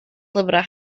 lyfrau